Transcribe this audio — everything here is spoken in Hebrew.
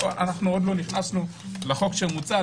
עוד לא נכנסנו לחוק המוצע,